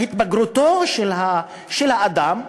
בהתבגרותו של האדם,